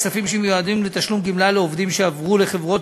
הכספים שמיועדים לתשלום גמלה לעובדים שעברו לחברות